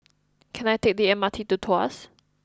can I take the M R T to Tuas